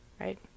right